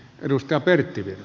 arvoisa puhemies